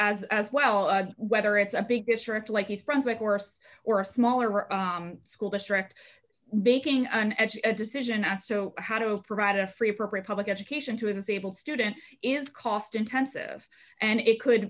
as as well whether it's a big district like east brunswick worse or a smaller school district making an educated decision as to how to provide a free appropriate public education to his able students is cost intensive and it could